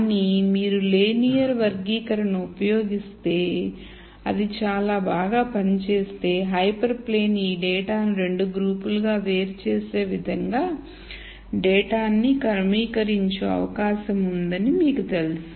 కానీ మీరు లీనియర్ వర్గీకరణను ఉపయోగిస్తే మరియు అది చాలా బాగా పనిచేస్తే హైపర్ ప్లేన్ ఈ డేటాను రెండు గ్రూపులుగా వేరు చేసే విధంగా డేటాను క్రమీకరించు అవకాశం ఉందని మీకు తెలుసు